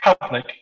public